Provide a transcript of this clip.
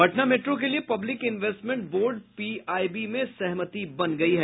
Patna metro के लिए public investment board PIB में सहमति बन गयी है